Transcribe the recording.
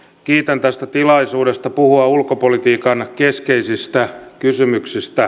kiitän tästä tilaisuudesta puhua ulkopolitiikan keskeisistä kysymyksistä